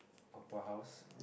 Opera house